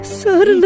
sir